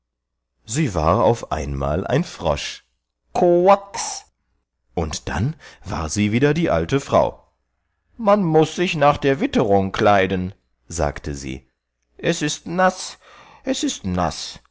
sie war auf einmal ein frosch koax und dann war sie wieder die alte frau man muß sich nach der witterung kleiden sagte sie es ist naß es ist naß